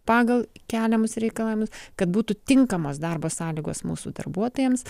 pagal keliamus reikalavimus kad būtų tinkamos darbo sąlygos mūsų darbuotojams